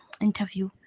interview